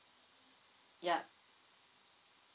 yup